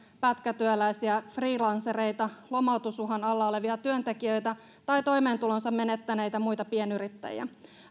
pätkätyöläisiä freelancereita lomautusuhan alla olevia työntekijöitä tai toimeentulonsa menettäneitä muita pienyrittäjiä